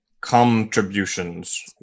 contributions